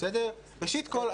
ראשית כול,